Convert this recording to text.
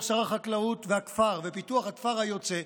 שר החקלאות ופיתוח הכפר היוצא,